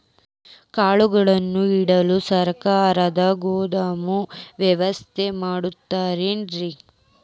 ಕಾಳುಗಳನ್ನುಇಡಲು ಸರಕಾರ ಗೋದಾಮು ವ್ಯವಸ್ಥೆ ಕೊಡತೈತೇನ್ರಿ?